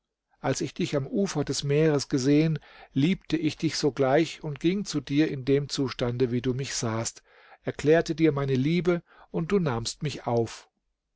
als ich dich am ufer des meeres gesehen liebte ich dich sogleich und ging zu dir in dem zustande wie du mich sahst erklärte dir meine liebe und du nahmst mich auf